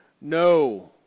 No